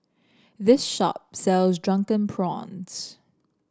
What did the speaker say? this shop sells Drunken Prawns